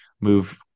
move